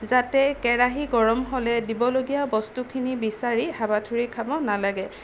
যাতে কেৰাহী গৰম হ'লে দিবলগীয়া বস্তুখিনি বিচাৰি হাবাথুৰি খাব নালাগে